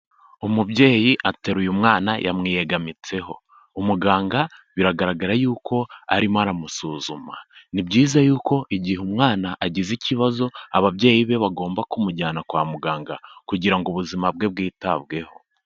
Umubyeyi ateruye umwana yamwiyegamitseho, umuganga biragaragara yuko arimo aramusuzuma, ni byiza yuko igihe umwana agize ikibazo ababyeyi be bagomba kumujyana kwa muganga kugira ngo ubuzima bwe bwitabweho.